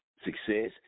success